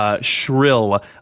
shrill